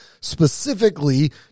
specifically